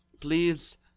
please